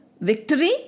Victory